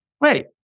wait